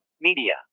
Media